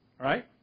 Right